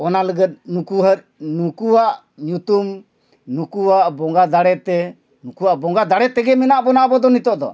ᱚᱱᱟ ᱞᱟᱹᱜᱤᱫ ᱱᱩᱠᱩ ᱦᱚᱸ ᱱᱩᱠᱩᱣᱟᱜ ᱧᱩᱛᱩᱢ ᱱᱩᱠᱩᱣᱟᱜ ᱵᱚᱸᱜᱟ ᱫᱟᱲᱮ ᱛᱮ ᱱᱩᱠᱩᱣᱟᱜ ᱵᱚᱸᱜᱟ ᱫᱟᱲᱮ ᱛᱮᱜᱮ ᱢᱮᱱᱟᱜ ᱵᱚᱱᱟ ᱟᱵᱚ ᱫᱚ ᱱᱤᱛᱳᱜ ᱫᱚ